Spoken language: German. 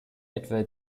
etwa